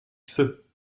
feu